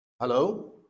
Hello